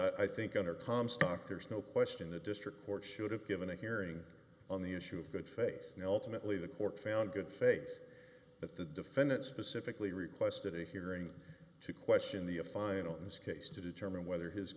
i think under comstock there's no question the district court should have given a hearing on the issue of good face nelson at least the court found good face the defendant specifically requested a hearing to question the a final in this case to determine whether his